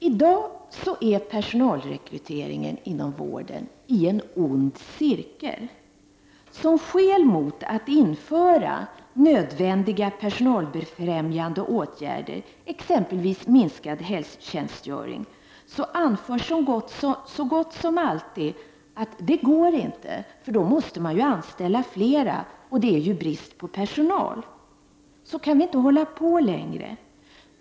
I dag befinner sig personalrekryteringen inom vården i en ond cirkel. Som skäl mot att införa nödvändiga personalfrämjande åtgärder, exempelvis minskad helgtjänstgöring, anförs det så gott som alltid att det är omöjligt eftersom fler människor då måste anställas och att det redan är brist på personal. Så kan man inte hålla på längre.